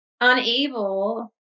unable